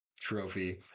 trophy